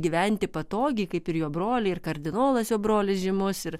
gyventi patogiai kaip ir jo broliai ir kardinolas jo brolis žymus ir